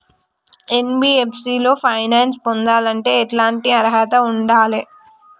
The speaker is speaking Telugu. ఎన్.బి.ఎఫ్.సి లో ఫైనాన్స్ పొందాలంటే ఎట్లాంటి అర్హత ఉండాలే?